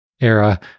era